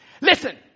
Listen